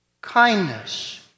kindness